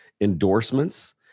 endorsements